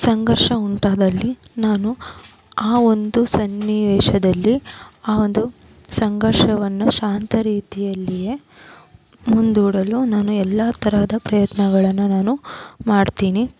ಸಂಘರ್ಷ ಉಂಟಾದಲ್ಲಿ ನಾನು ಆ ಒಂದು ಸನ್ನಿವೇಶದಲ್ಲಿ ಆ ಒಂದು ಸಂಘರ್ಷವನ್ನು ಶಾಂತ ರೀತಿಯಲ್ಲಿಯೇ ಮುಂದೂಡಲು ನಾನು ಎಲ್ಲ ತರಹದ ಪ್ರಯತ್ನಗಳನ್ನು ನಾನು ಮಾಡ್ತೀನಿ